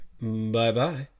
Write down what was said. Bye-bye